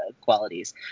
qualities